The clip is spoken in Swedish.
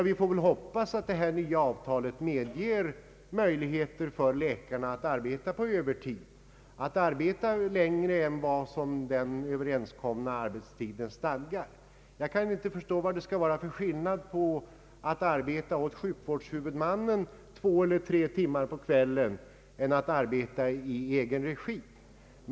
Vi får väl hoppas att det nya avtalet medger möjligheter för läkarna att arbeta på övertid, att arbeta längre än den överenskomna arbetstiden. Jag kan inte förstå vad det skall vara för skillnad mellan att arbeta åt sjukvårdshuvudmannen två eller tre timmar och att arbeta i egen regi.